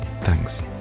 Thanks